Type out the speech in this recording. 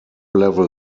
level